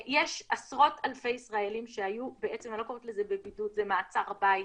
יש עשרות אלפי ישראלים שהיו בעצם אני לא קוראת לזה בידוד במעצר בית.